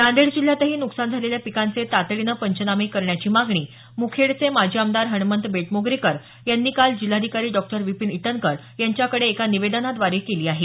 नांदेड जिल्ह्यातही नुकसान झालेल्या पिकांचे तातडीने पंचनामे करण्याची मागणी मुखेडचे माजी आमदार हणमंत बेटमोगरेकर यांनी काल जिल्हाधिकारी डॉ विपिन इटनकर यांच्याकडे एका निवेदनाद्वारे केली आहे